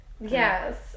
Yes